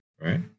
right